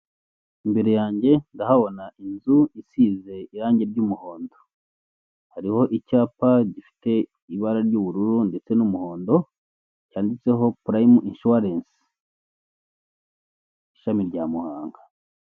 Imbere yanjye ndahabona inzu isize irange ry'umuhondo. Hariho icyapa gifite ibara ry'ubururu ndetse n'umuhondo, cyanditseho purayime inshuwarensi. Ishami rya Muhanga.